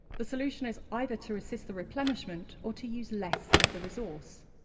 the solution is either to assist the replenishment or to use less of the resource.